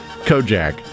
Kojak